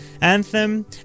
Anthem